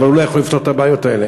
אבל הוא לא יכול לפתור את הבעיות האלה.